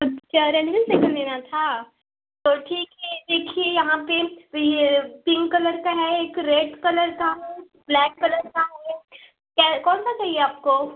तब क्या ranger cycle लेना था तो ठीक है देखिए यहाँ पर तो ये पिंक कलर का है एक रेड कलर का है ब्लैक कलर का है कौन सा चाहिए आपको